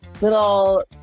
little